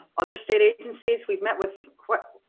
other state agencies. we've met with